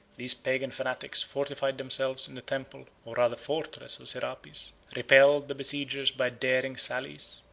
these pagan fanatics fortified themselves in the temple, or rather fortress, of serapis repelled the besiegers by daring sallies,